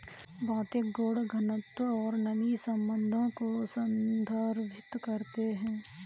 भौतिक गुण घनत्व और नमी संबंधों को संदर्भित करते हैं